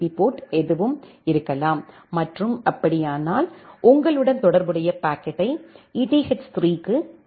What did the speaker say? B port எதுவும் இருக்கலாம் மற்றும் அப்படியானால் உங்களுடன் தொடர்புடைய பாக்கெட்டை eth3 க்கு அனுப்பும்